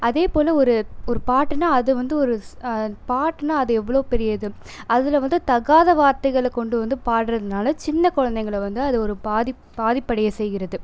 அதேப்போல் ஒரு ஒரு பாட்டுனால் அது வந்து ஒரு பாட்டுனால் அது எவ்வளோ பெரிய இது அதில் வந்து தகாத வார்த்தைகளை கொண்டு வந்து பாடறதுனால சின்ன குழந்தைங்கள வந்து அது ஒரு பாதிப் பாதிப்படைய செய்கிறது